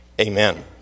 Amen